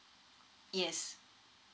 yes